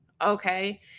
okay